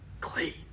clean